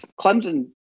Clemson